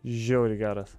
žiauriai geras